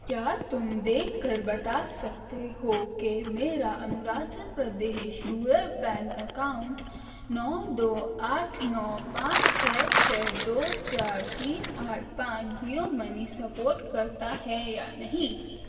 کیا تم دیکھ کر بتا سکتے ہو کہ میرا Arunachal Pradesh rural bank account نو دو آٹھ نو پانچ چھ چھ دو چار تین آٹھ پانچ جیو منی سپوٹ کرتا ہے یا نہیں